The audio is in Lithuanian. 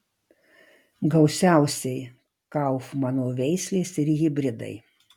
gausiausiai kaufmano veislės ir hibridai